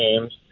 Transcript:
games